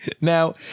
Now